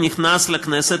נכנס לכנסת.